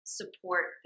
support